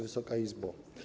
Wysoka Izbo!